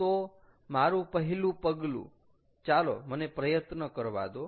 તો મારું પહેલું પગલું ચાલો મને પ્રયત્ન કરવા દો